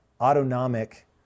autonomic